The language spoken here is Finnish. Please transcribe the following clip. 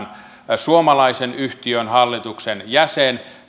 tämän suomalaisen yhtiön hallituksen jäsen